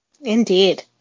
Indeed